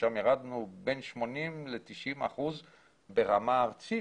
ששם ירדנו בין 80% ל-90% ברמה ארצית